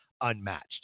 unmatched